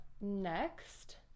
Next